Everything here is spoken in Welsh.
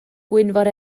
gwynfor